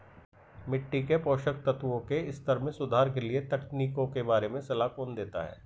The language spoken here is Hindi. मिट्टी के पोषक तत्वों के स्तर में सुधार के लिए तकनीकों के बारे में सलाह कौन देता है?